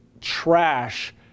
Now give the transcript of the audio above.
trash